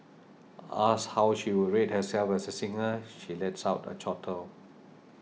asked how she would rate herself as a singer she lets out a chortle